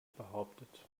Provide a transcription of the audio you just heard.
behauptet